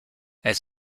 elle